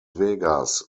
vegas